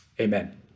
Amen